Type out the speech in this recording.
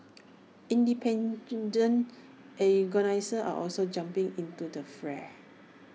independent organisers are also jumping into the fray